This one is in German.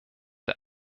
der